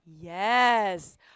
Yes